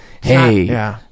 hey